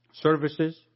services